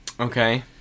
Okay